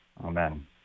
Amen